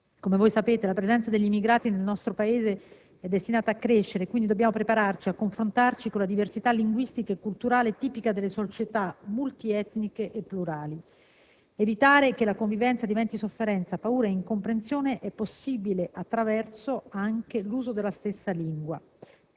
Come sapete, la presenza degli immigrati nel nostro Paese è destinata a crescere e quindi dobbiamo prepararci a confrontarci con la diversità linguistica e culturale tipica delle società multietniche e plurali. Evitare che la convivenza diventi sofferenza, paura e incomprensione è possibile attraverso, anche, l'uso della stessa lingua.